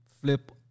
flip